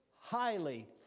highly